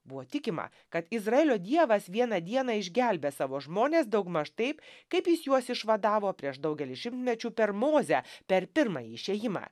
buvo tikima kad izraelio dievas vieną dieną išgelbės savo žmones daugmaž taip kaip jis juos išvadavo prieš daugelį šimtmečių per mozę per pirmąjį išėjimą